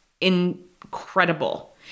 incredible